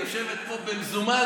היא יושבת פה במזומן,